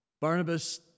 Barnabas